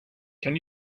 can